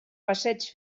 passeig